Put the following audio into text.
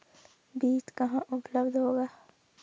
बीज कहाँ उपलब्ध होगा?